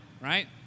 right